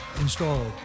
installed